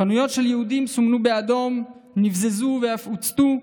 חנויות של יהודים סומנו באדום, נבזזו ואף הוצתו,